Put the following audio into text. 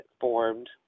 formed